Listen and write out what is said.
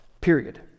Period